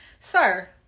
sir